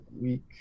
week